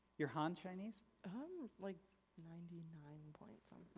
you're han chinese? i'm like ninety nine point something.